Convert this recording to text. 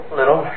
little